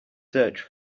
search